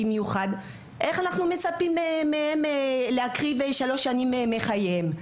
אז איך אנחנו מצפים מהם להקריב שלוש שנים מחייהם?